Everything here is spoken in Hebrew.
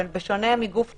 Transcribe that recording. בשונה מגוף פרטי,